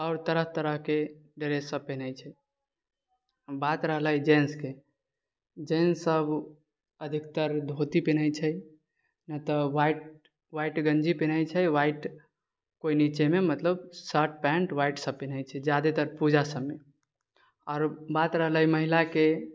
आओर तरह तरहके ड्रेससब पिन्है छै बात रहलै जेन्ट्सके तऽ जेन्ट्ससब अधिकतर धोती पिन्है छै नहितऽ वाइट गञ्जी पिन्है छै वाइट कोइ निचेमे मतलब पैन्ट वाइटसब पिन्है छै ज्यादातर पूजा सबमे आओर एक बात रहलै महिलाके